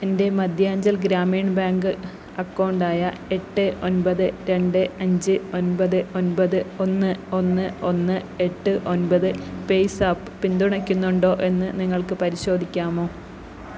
എൻ്റെ Madhyanchal Gramin bank account ആയ എട്ട് ഒമ്പത് രണ്ട് അഞ്ച് ഒൻമ്പത് ഒൻമ്പത് ഒന്ന് ഒന്ന് ഒന്ന് എട്ട് ഒൻമ്പത് പേയ്സാപ്പ് പിന്തുണയ്ക്കുന്നുണ്ടോ എന്ന് നിങ്ങൾക്ക് പരിശോധിക്കാമോ